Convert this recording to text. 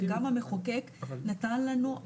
שגם המחוקק נתן לנו,